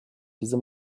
diese